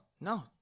No